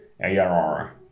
ARR